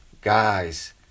guys